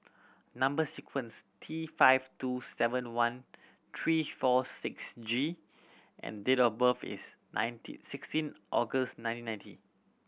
number sequence T five two seven one three four six G and date of birth is sixteen August nineteen ninety